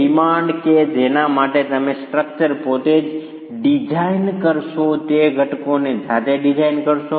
demand કે જેના માટે તમે સ્ટ્રક્ચર પોતે જ ડિઝાઇન કરશો તે ઘટકોને જાતે ડિઝાઇન કરશો